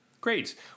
Great